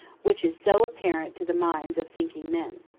which is so apparent to the minds of thinking men.